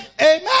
Amen